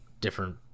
different